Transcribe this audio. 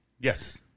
Yes